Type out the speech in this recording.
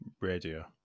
radio